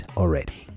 already